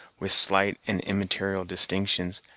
with slight and immaterial distinctions,